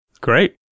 Great